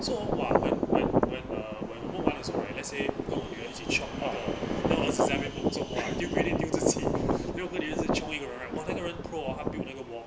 so !wah! when when uh when boat [one] 的时候 right let's say 我跟我女儿一起 chop 那个 new assignment 工作话丢 credit 丢自取与我跟女子 join right !wah! 那个人 pro orh 他 build 那个 wall